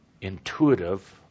intuitive